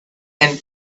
and